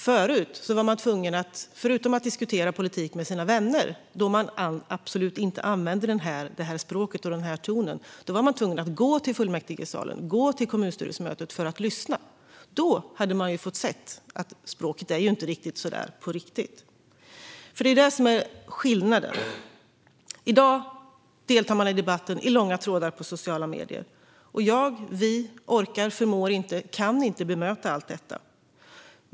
Tidigare var man - förutom när man diskuterade politik med sina vänner, då man absolut inte använde det här språket och den här tonen - tvungen att gå till fullmäktigesalen och kommunstyrelsemötet för att lyssna. Då fick man se att språket inte är riktigt så där i verkligheten. Det är det som är skillnaden: I dag deltar man i debatten i långa trådar på sociala medier, och jag - vi - orkar, förmår och kan inte bemöta allt.